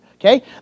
Okay